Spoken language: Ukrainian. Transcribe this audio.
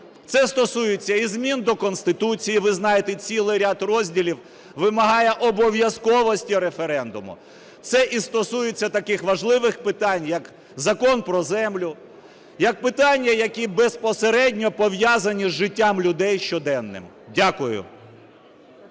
Це стосується і змін до Конституції, ви знаєте, цілий ряд розділів вимагає обов'язковості референдуму, це і стосується таких важливих питань, як Закон про землю, як питання, які безпосередньо пов'язані з життям людей щоденним. Дякую.